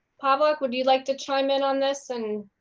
ah but would you like to chyme in on this and